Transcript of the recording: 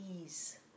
ease